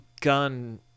gun